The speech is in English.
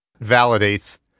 validates